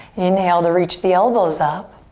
inhale to reach the elbows up.